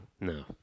No